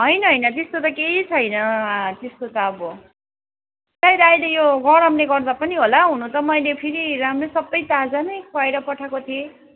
होइन होइन त्यस्तो त केही छैन त्यस्तो त अब सायद अहिले यो गरमले गर्दा पनि होला हुनु त मैले फेरि राम्रै सबै ताजा नै खुवाएर पठाएको थिएँ